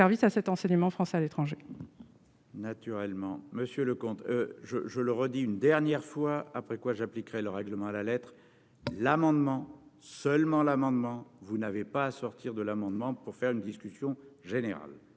à cet enseignement français à l'étranger. Naturellement, Monsieur le comte je je le redis une dernière fois, après quoi j'appliquerai le règlement à la lettre l'amendement seulement l'amendement, vous n'avez pas à sortir de l'amendement pour faire une discussion générale